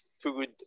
food